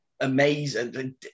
amazing